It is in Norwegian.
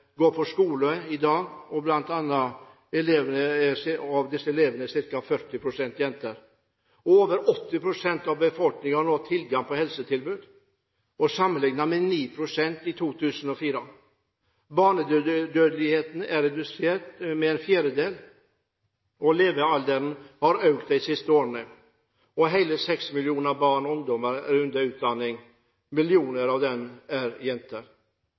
går på skole i dag, og blant elevene er ca. 40 pst. jenter. Over 80 pst. av befolkningen har nå tilgang til helsetilbud – sammenlignet med 9 pst. i 2004. Barnedødeligheten er redusert med en fjerdedel, og levealderen har økt de siste årene. Hele seks millioner barn og ungdommer er under utdanning – millioner av dem er jenter.